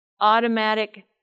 Automatic